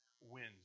wins